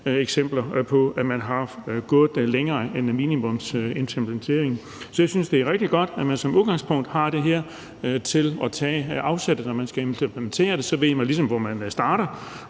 eksempler på, at man er gået længere end minimumsimplementeringen. Så jeg synes, det er rigtig godt, at man som udgangspunkt har det her at tage afsæt i, og når man skal implementere det, ved man ligesom, hvor man starter,